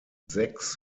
sechs